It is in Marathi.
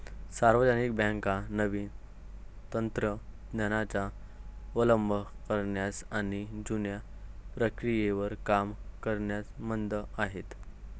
सार्वजनिक बँका नवीन तंत्र ज्ञानाचा अवलंब करण्यास आणि जुन्या प्रक्रियेवर काम करण्यास मंद आहेत